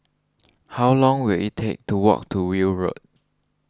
how long will it take to walk to Weld Road